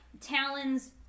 talons